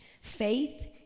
Faith